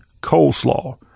coleslaw